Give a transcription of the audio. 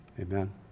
amen